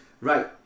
right